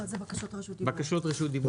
בקשות רשות דיבור.